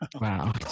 Wow